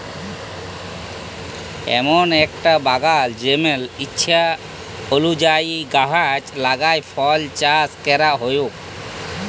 এমল একটা বাগাল জেমল ইছা অলুযায়ী গাহাচ লাগাই ফল চাস ক্যরা হউক